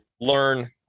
learn